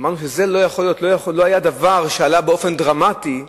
אמרנו שזה לא יכול להיות לא היה דבר שעלה באופן דרמטי במדינה,